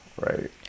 right